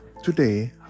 Today